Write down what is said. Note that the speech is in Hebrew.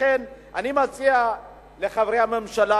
לכן אני מציע לחברי הממשלה,